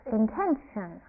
intention